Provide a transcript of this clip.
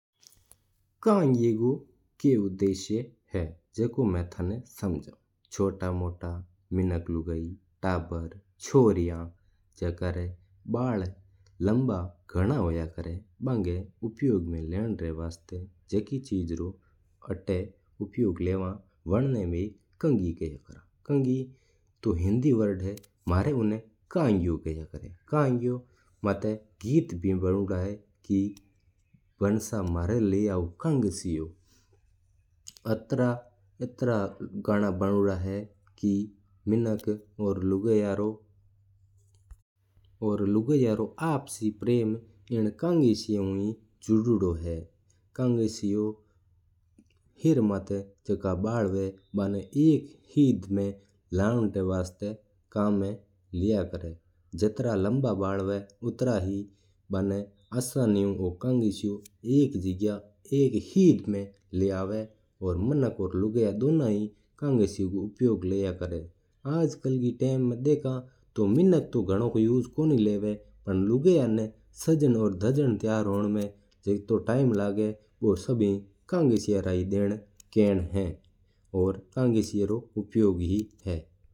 कांगिया को कियो उद्देश्य है जोको मैं थाना बातू हऊँ। छोटा मोटा लोग लुगाई तबर्र जोका री बल होया करे है बाआ कांगिया रो उपयोग करे है। कांगी तो हिंदी वर्ड है मना अता कांगियो किया करे है। एन्न माता गीत भी बन्योदा है। म्हारा लिया ऊ कांगसियो। इतरा इतरा गाना मण्योदा है मिनाअक और लुगाई रो गन्ना गन्ना मैनसंवाद हूवा है।